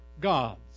God's